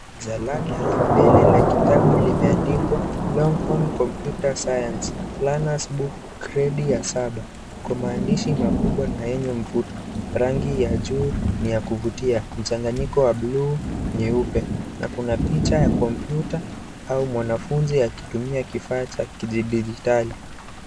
Jalada la mbele la kitabu limeandikwa longhorn computer science learners book gredi ya saba kwenye maandishi makubwa na yenye mvuto rangi ya juu ni ya kuvutia . Mchanganyiko wa bluu nyeupe na kuna picha ya kompyuta au mwanafunzi akitumia kifaa cha kidijitali.